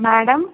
madam